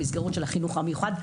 במסגרות של החינוך המיוחד,